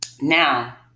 Now